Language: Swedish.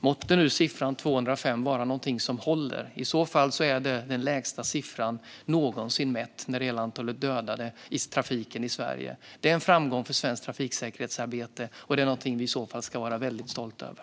Måtte nu siffran 205 hålla. I så fall är det den lägsta uppmätta siffran någonsin när det gäller antalet dödade i trafiken i Sverige. Det är en framgång för svenskt trafiksäkerhetsarbete, och det är någonting som vi i så fall ska vara mycket stolta över.